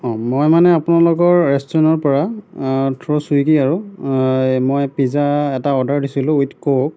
অঁ মই মানে আপোনালোকৰ ৰেষ্টুৰেণ্টৰ পৰা থ্ৰু চুইগি আৰু মই পিজ্জা এটা অৰ্ডাৰ দিছিলোঁ উইথ ক'ক